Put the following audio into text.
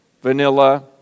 vanilla